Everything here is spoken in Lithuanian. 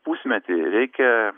pusmetį reikia